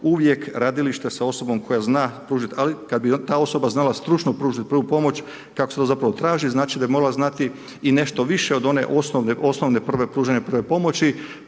uvijek gradilište sa osobom koja zna pružit, ali kad bi ta osoba znala stručno pružit prvu pomoć kako se zapravo traži znači da bi trebala znati i nešto više od one osnovne pružanja prve pomoći